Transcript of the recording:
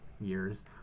years